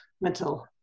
mental